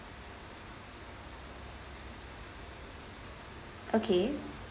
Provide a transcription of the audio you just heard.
okay